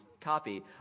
copy